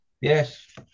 yes